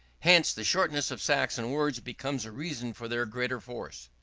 hence, the shortness of saxon words becomes a reason for their greater force.